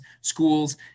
schools